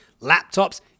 laptops